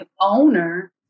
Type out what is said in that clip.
owner